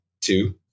two